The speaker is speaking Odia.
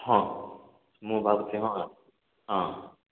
ହଁ ମୁଁ ଭାବୁଛି ହଁ ହଁ